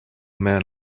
man